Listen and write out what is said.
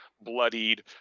bloodied